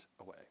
away